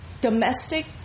domestic